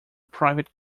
private